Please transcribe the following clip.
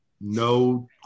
no